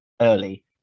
early